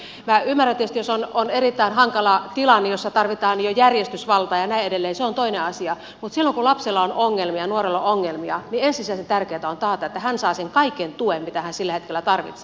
minä ymmärrän tietysti jos on erittäin hankala tilanne jossa tarvitaan jo järjestysvaltaa ja näin edelleen se on toinen asia mutta silloin kun lapsella on ongelmia nuorella on ongelmia niin ensisijaisen tärkeätä on taata että hän saa sen kaiken tuen mitä hän sillä hetkellä tarvitsee